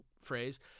phrase